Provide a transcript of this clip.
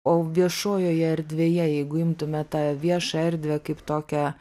o viešojoje erdvėje jeigu imtume tą viešąją erdvę kaip tokią